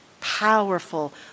powerful